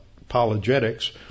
apologetics